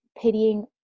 pitying